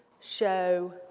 show